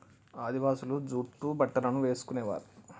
ఆదివాసులు జూట్ బట్టలను వేసుకునేవారు